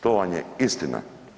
To vam je istina.